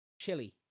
chili